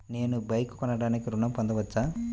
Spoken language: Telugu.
నేను బైక్ కొనటానికి ఋణం పొందవచ్చా?